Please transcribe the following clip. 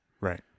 Right